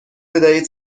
بدهید